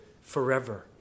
forever